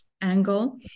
angle